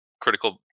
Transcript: critical